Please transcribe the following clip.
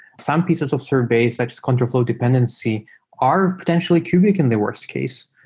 some pieces of sorbet such as counter flow dependency are potentially cubic in the worst case,